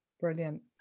Brilliant